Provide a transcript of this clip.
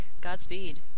Godspeed